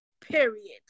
Period